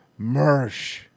Mersh